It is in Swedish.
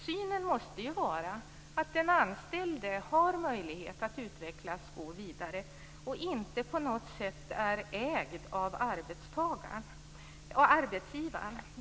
Synen måste ju vara att den anställde har möjlighet att utvecklas och gå vidare och inte på något sätt är ägd av arbetsgivaren.